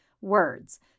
words